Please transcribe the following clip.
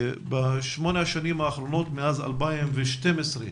בשמונה השנים האחרונות, מאז 2012,